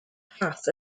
path